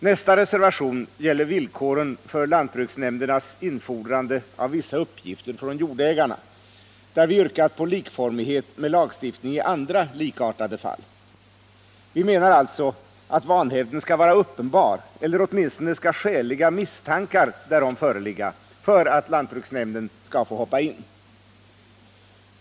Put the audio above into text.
Nästa reservation gäller villkoren för lantbruksnämndernas infordrande av vissa uppgifter från jordägarna, där vi yrkar på likformighet med lagstiftning i andra likartade fall. Vi menar alltså att vanhävden skall vara uppenbar eller åtminstone skall skäliga misstankar därom föreligga för att lantbruksnämnderna skall få hoppa in.